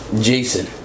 Jason